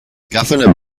governor